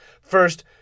First